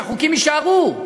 והחוקים יישארו,